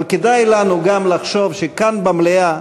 אבל כדאי לנו גם לחשוב שכאן במליאה